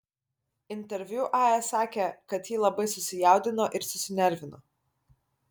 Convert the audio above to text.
interviu aja sakė kad ji labai susijaudino ir susinervino